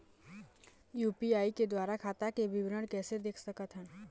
UPI के द्वारा खाता के विवरण कैसे देख सकत हन?